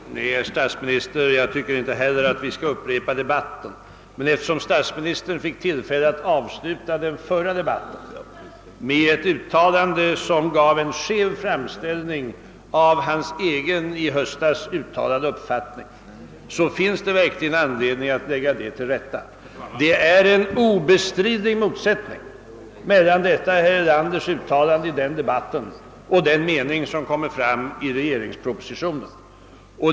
Herr talman! Nej, herr statsminister, jag tycker inte heller att vi skall upprepa debatten, men eftersom statsministern fick tillfälle att avsluta den förra debatten med ett uttalande som gav en skev framställning av hans egen i höstas uttalade uppfattning finns det verkligen anledning att klarlägga förhållandena. Det råder en obestridlig motsättning mellan herr Erlanders uttalande i debatten i höstas och den mening som kom fram i regeringspropositionen.